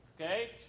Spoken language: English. Okay